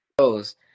shows